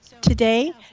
Today